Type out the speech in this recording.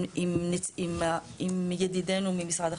עם ידידינו ממשרד החקלאות.